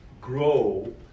Grow